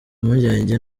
impungenge